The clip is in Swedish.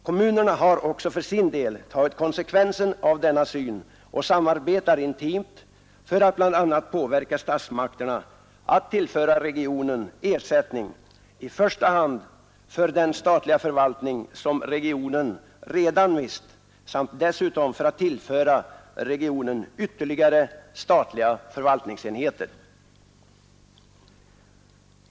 Kommunerna har också för sin del tagit konsekvensen av denna syn och samarbetar intimt för att bl.a. påverka statsmakterna att tillföra regionen ersättning i första hand för den statliga förvaltning som regionen redan mist samt dessutom för att tillföra regionen ytterligare statliga förvaltningsenheter.